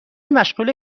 مشغول